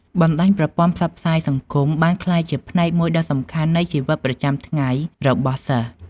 បណ្ដាញប្រព័ន្ធផ្សព្វផ្សាយសង្គមបានក្លាយជាផ្នែកមួយដ៏សំខាន់នៃជីវិតប្រចាំថ្ងៃរបស់សិស្ស។